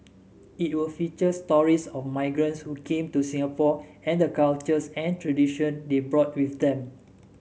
it will feature stories of migrants who came to Singapore and the cultures and tradition they brought with them